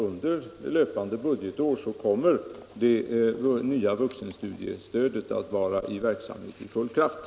Under löpande budgetår kommer det nya vuxenstudiestödet alltså att vara fullt genomfört.